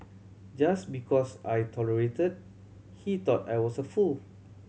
just because I tolerates he thought I was a fool